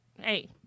hey